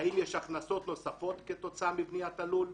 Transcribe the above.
האם יש הכנסות נוספות כתוצאה מבניית הלול,